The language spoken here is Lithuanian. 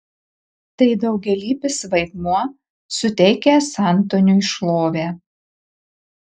tai daugialypis vaidmuo suteikęs antoniui šlovę